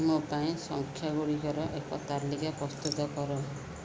ମୋ ପାଇଁ ସଂଖ୍ୟା ଗୁଡ଼ିକର ଏକ ତାଲିକା ପ୍ରସ୍ତୁତ କର